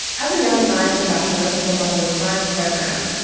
as a young science ambassador for the wonder of science program,